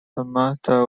master